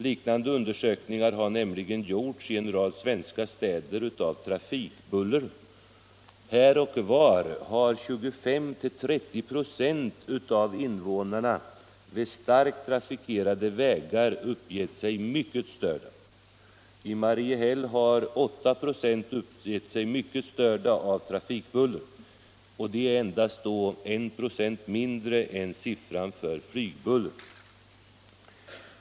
Liknande undersökningar har nämligen gjorts i en rad svenska städer när det gällt trafikbuller. Här och var har 25-30 96 av invånarna vid starkt trafikerade vägar uppgett sig vara ”mycket störda”. I Mariehäll har 8 96 uppgett sig vara ”mycket störda” av trafikbuller, och det är endast 1 96 mindre än siffran för flygbuller.